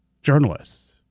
Journalists